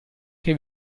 che